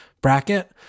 bracket